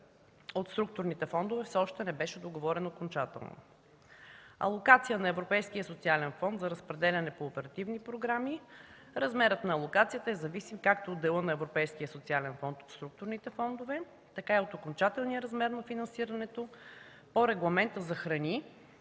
от структурните фондове все още не беше договорен окончателно; алокация на Европейския социален фонд за разпределяне по оперативни програми. Размерът на алокацията е зависим както от дела на Европейския социален фонд от структурните фондове, така и от окончателния размер на финансирането по Регламента за храни